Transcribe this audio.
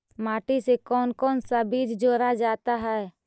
माटी से कौन कौन सा बीज जोड़ा जाता है?